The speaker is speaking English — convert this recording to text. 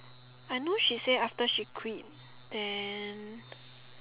I know she say after she quit then